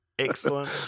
Excellent